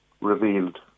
revealed